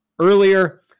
earlier